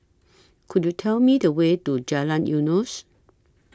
Could YOU Tell Me The Way to Jalan Eunos